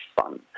fun